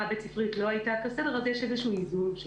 הבית-ספרית לא הייתה בסדר אז יש איזשהו איזון.